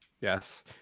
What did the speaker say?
Yes